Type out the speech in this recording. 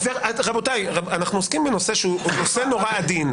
רבותיי, אנחנו עוסקים בנושא שהוא נושא מאוד עדין.